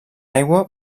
aigua